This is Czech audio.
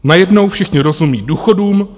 Najednou všichni rozumí důchodům.